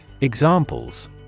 Examples